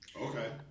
okay